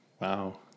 wow